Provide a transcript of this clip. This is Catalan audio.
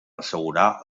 assegurar